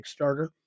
Kickstarter